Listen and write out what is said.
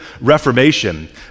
Reformation